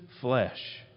flesh